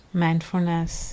mindfulness